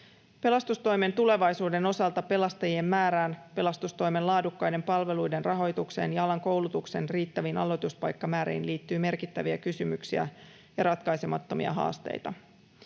Pelastustoimen tulevaisuuden osalta pelastajien määrään, pelastustoimen laadukkaiden palveluiden rahoitukseen ja alan koulutuksen riittäviin aloituspaikkamääriin liittyy merkittäviä kysymyksiä ja ratkaisemattomia haasteita.